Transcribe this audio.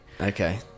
okay